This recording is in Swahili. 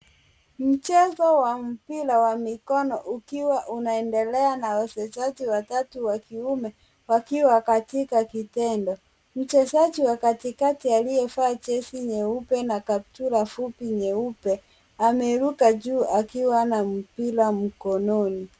Mchezo wa mpira wa mikono ukiwa unaendelea na wazezaji watatu wa kiume wakiwa katika kitendo. Mchezaji wa katikati aliyevaa jezi nyeupe na kaptula fupi nyeupe ameruka juu akiwa na mpira mkononi.